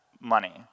money